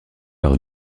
par